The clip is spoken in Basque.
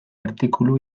artikulu